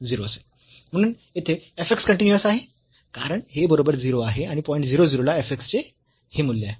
म्हणून येथे f x continuous आहे कारण हे बरोबर 0 आहे आणि पॉईंट 0 0 ला f x चे हे मूल्य आहे